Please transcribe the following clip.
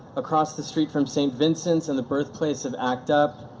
across the street from st. vincent's and the birthplace of act up,